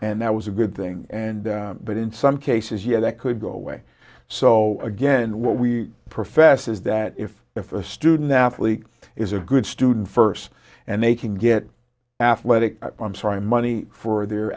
and that was a good thing and that in some cases yeah that could go away so again what we profess is that if if a student athlete is a good student first and they can get athletic i'm sorry money for their